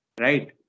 right